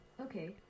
Okay